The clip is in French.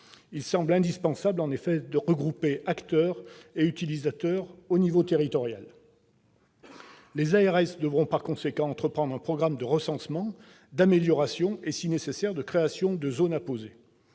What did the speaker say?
Il semble indispensable de regrouper acteurs et utilisateurs à l'échelle territoriale. Les ARS devront par conséquent entreprendre un programme de recensement, d'amélioration et, si nécessaire, de création de zones à poser.